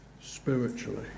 spiritually